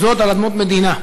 וזאת על אדמות מדינה.